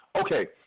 Okay